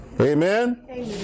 Amen